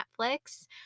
Netflix